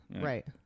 right